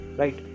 right